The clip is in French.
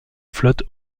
flotte